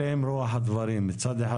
זוהי רוח הדברים מצד אחד,